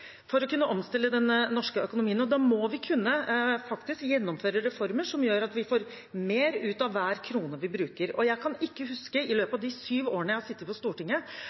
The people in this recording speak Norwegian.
for å kunne omstille den norske økonomien. Da må vi kunne gjennomføre reformer som gjør at vi får mer ut av hver krone vi bruker. Jeg kan ikke i løpet av de syv årene jeg har sittet på Stortinget,